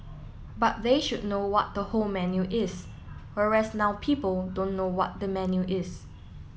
but they should know what the whole menu is whereas now people don't know what the menu is